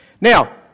Now